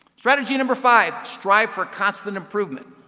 strategy number five, strive for constant improvement.